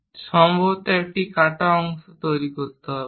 এবং সম্ভবত একটি কাটা অংশ তৈরি করতে হবে